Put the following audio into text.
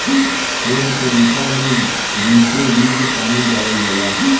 एह तरीका मे बीचोबीच पानी डालल जाला